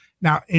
Now